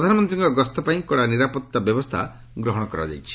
ପ୍ରଧାନମନ୍ତ୍ରୀଙ୍କ ଗସ୍ତ ପାଇଁ କଡ଼ା ନିରାପତ୍ତା ବ୍ୟବସ୍ଥା ଗ୍ରହଣ କରାଯାଇଛି